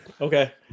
Okay